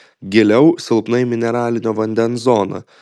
giliau silpnai mineralinio vandens zona